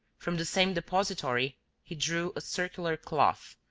from the same depository he drew a circular cloth,